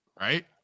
right